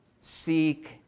Seek